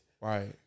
Right